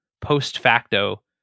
post-facto